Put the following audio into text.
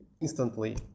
instantly